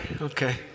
okay